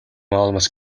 almost